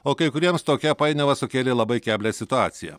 o kai kuriems tokia painiava sukėlė labai keblią situaciją